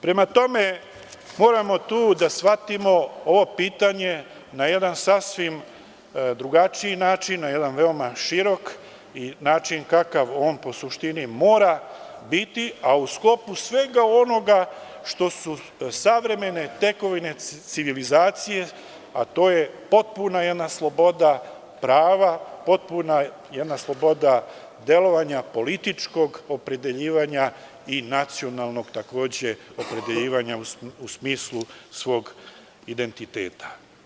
Prema tome moramo tu da shvatimo ovo pitanje na jedan sasvim drugačiji način, na jedan veoma širok način i način kakav on u suštini mora biti, a u sklopu svega onoga što su savremene tekovine civilizacije, a to je potpuna jedna sloboda prava, potpuno jedna sloboda delovanja političkog opredeljivanja i nacionalnog takođe opredeljivanja u smislu svog identiteta.